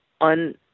on